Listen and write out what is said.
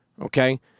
Okay